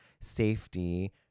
safety